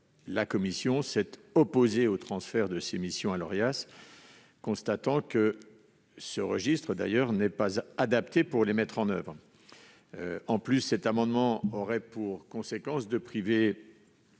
La commission s'est opposée au transfert de ces missions à cet organisme, constatant par ailleurs que ce registre n'est pas adapté pour les mettre en oeuvre. De plus, cet amendement aurait pour conséquence de priver